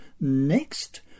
next